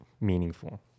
meaningful